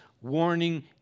Warning